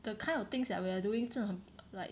the kind of things that we're doing 真的很 like